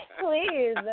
Please